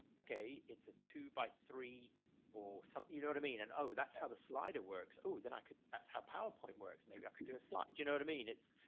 okay. it's a two by three or something. you know what i mean? and oh, that's how the slider works. oh, then i could, that's how powerpoint works. maybe i can do a slide. do you know what i mean? it's.